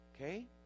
Okay